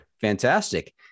Fantastic